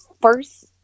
first